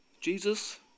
jesus